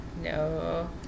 No